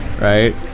right